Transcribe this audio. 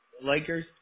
Lakers